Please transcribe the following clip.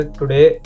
today